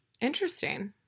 Interesting